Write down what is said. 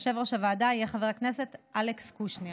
יושב-ראש הוועדה יהיה חבר הכנסת אלכס קושניר.